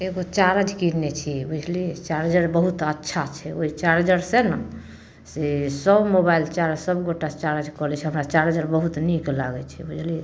एगो चारज किनने छियै बुझअलिये चार्जर बहुत अच्छा छै ओइ चार्जर से न से सभ मोबाइल चार्ज सभ गोटा चार्ज कऽ लै छियै हमरा चार्जर बहुत नीक लगै छै बुझअलिये